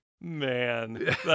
Man